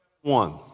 One